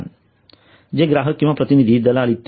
ठिकाण हे ग्राहक किंवा प्रतिनिधी दलाल इ